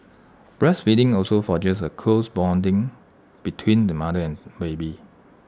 breastfeeding also forges A close bonding between the mother and baby